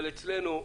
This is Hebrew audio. אבל אצלנו,